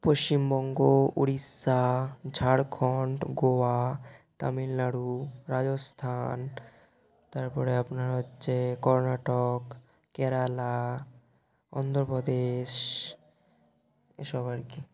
পশ্চিমবঙ্গ উড়িষ্যা ঝাড়খন্ড গোয়া তামিলনাড়ু রাজস্থান তারপরে আপনার হচ্ছে কর্ণাটক কেরালা অন্ধ্রপ্রদেশ এসব আর কি